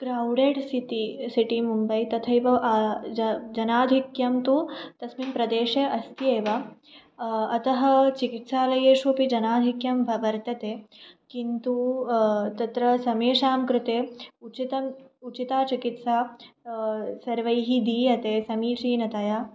अत्र वुडैड्स् इति सिटि मुम्बै तथैव ज जनाधिक्यं तु तस्मिन् प्रदेशे अस्ति एव अतः चिकित्सालयेषु अपि जनाधिक्यं ब वर्तते किन्तु तत्र समेषां कृते उचिता उचिता चिकित्सा सर्वैः दीयते समीचीनतया